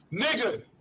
Nigga